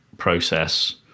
process